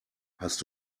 hast